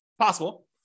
possible